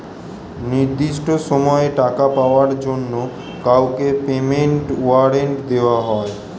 নির্দিষ্ট সময়ে টাকা পাওয়ার জন্য কাউকে পেমেন্ট ওয়ারেন্ট দেওয়া হয়